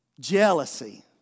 jealousy